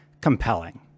compelling